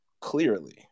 Clearly